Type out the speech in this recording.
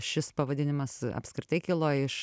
šis pavadinimas apskritai kilo iš